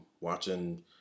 watching